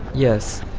yes.